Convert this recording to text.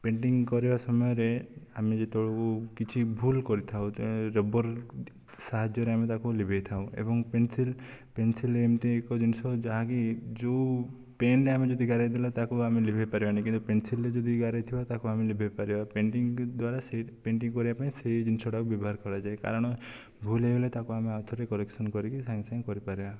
painting କରିବା ସମୟରେ ଆମେ ଯେତେବେଳକୁ କିଛି ଭୁଲ କରିଥାଉ ରବର ସାହାଯ୍ୟରେ ଆମେ ତାକୁ ଲିଭେଇ ଥାଉ ଏବଂ ପେନ୍ସିଲ ପେନ୍ସିଲ ଏମିତି ଏକ ଜିନିଷ ଯାହାକି ଯେଉଁ ପେନ୍ ରେ ଆମେ ଯଦି ଗାରେଇଦେଲେ ତାକୁ ଆମେ ଲିଭେଇ ପାରିବାନି କିନ୍ତୁ ପେନ୍ସିଲ୍ ରେ ଯଦି ଗାରେଇ ଥିବା ତାକୁ ଆମେ ଲିଭେଇ ପାରିବା ପେଣ୍ଟିଙ୍ଗ ଦ୍ୱାରା ସେଇଟା ପେଣ୍ଟିଙ୍ଗ କରିବା ପାଇଁ ସେହି ଜିନିଷଟାକୁ ବ୍ୟବହାର କରାଯାଏ କାରଣ ଭୁଲ୍ ହୋଇଗଲେ ତାକୁ ଆମେ ଆଉଥରେ କରେକ୍ସନ କରିକି ସାଙ୍ଗେ ସାଙ୍ଗ କରିପାରିବା